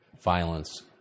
violence